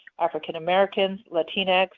african americans, latinx,